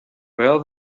well